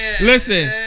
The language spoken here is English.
Listen